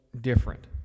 different